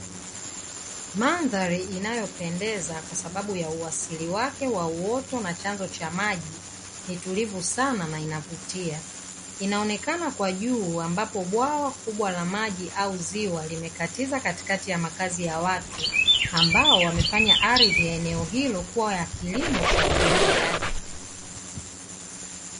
Mandhari inayopendeza kwa sababu ya uasili wake wa uoto na chanzo cha maji ni tulivu sana na inavutia. Inaonekana kwa juu ambapo bwawa kubwa la maji au ziwa limekatiza katikati ya makazi ya watu; ambao wamefanya ardhi ya eneo hilo kuwa ya kilimo cha umwagiliaji.